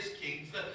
kings